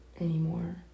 anymore